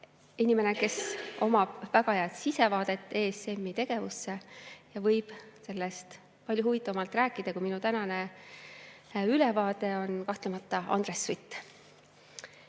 inimene, kellel on väga hea sisevaade ESM-i tegevusse ja kes võib sellest palju huvitavamalt rääkida kui minu tänane ülevaade, on kahtlemata Andres Sutt.